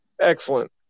excellent